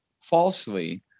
falsely